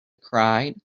cried